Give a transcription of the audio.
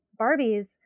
Barbies